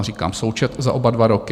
Říkám součet za oba dva roky.